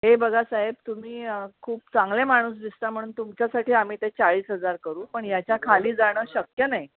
हे बघा साहेब तुम्ही खूप चांगले माणूस दिसता म्हणून तुमच्यासाठी आम्ही ते चाळीस हजार करू पण याच्या खाली जाणं शक्य नाही